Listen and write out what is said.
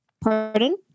Pardon